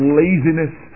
laziness